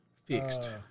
Fixed